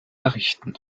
errichten